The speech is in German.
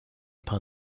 paar